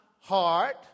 heart